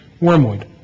Wormwood